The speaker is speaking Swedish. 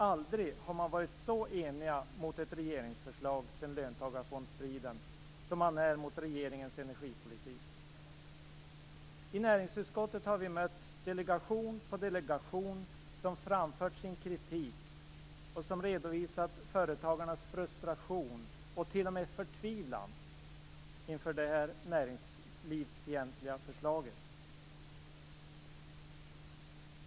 Aldrig har man varit så enig mot ett regeringsförslag sedan löntagarfondsstriden som man är mot regeringens energipolitik. I näringsutskottet har vi mött delegation på delegation som har framfört kritik och redovisat företagarnas frustration och t.o.m. förtvivlan inför detta näringslivsfientliga förslag.